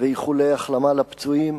ואיחולי החלמה לפצועים,